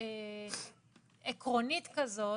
עקרונית כזאת,